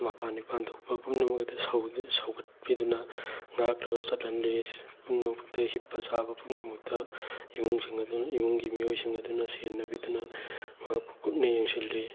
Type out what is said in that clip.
ꯃꯄꯥꯟ ꯏꯄꯥꯟ ꯊꯣꯛꯄ ꯄꯨꯝꯅꯃꯛ ꯑꯗꯨ ꯁꯧꯒꯠꯄꯤꯗꯨꯅ ꯉꯥꯛꯂꯒ ꯆꯠꯍꯟꯂꯤ ꯅꯣꯛꯇ ꯍꯤꯞꯄ ꯆꯥꯕ ꯄꯨꯝꯅꯃꯛꯇ ꯏꯃꯨꯡꯁꯤꯡ ꯏꯃꯨꯡꯒꯤ ꯃꯤꯑꯣꯏꯁꯤꯡ ꯑꯗꯨꯅ ꯁꯦꯟꯅꯕꯤꯗꯨꯅ ꯃꯍꯥꯛꯄꯨ ꯀꯨꯞꯅ ꯌꯦꯡꯁꯤꯜꯂꯦ